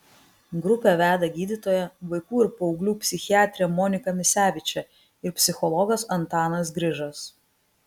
grupę veda gydytoja vaikų ir paauglių psichiatrė monika misevičė ir psichologas antanas grižas